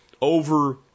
over